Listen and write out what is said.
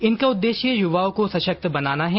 इनका उद्देश्य युवाओं को सशक्त बनाना है